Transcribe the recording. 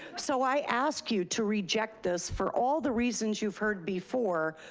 so i ask you to reject this for all the reasons you've heard before,